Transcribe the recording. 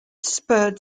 spurred